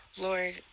Lord